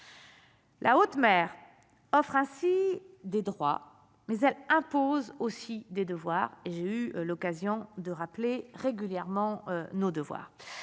La haute mer offrent ainsi des droits mais elle impose aussi des devoirs, et j'ai eu l'occasion de rappeler régulièrement nos devoirs